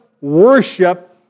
worship